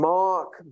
mark